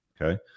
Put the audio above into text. Okay